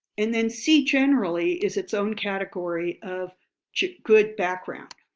and then see generally is its own category of good background.